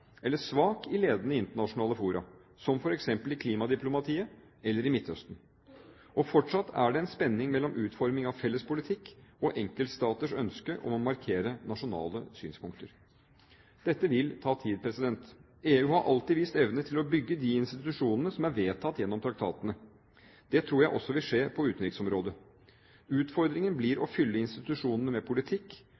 eller svak i ledende internasjonale fora, som f.eks. i klimadiplomatiet eller i Midtøsten. Og fortsatt er det en spenning mellom utformingen av felles politikk og enkeltstaters ønske om å markere nasjonale synspunkter. Dette vil ta tid. EU har alltid vist evne til å bygge de institusjonene som er vedtatt gjennom traktatene. Det tror jeg også vil skje på utenriksområdet. Utfordringen blir å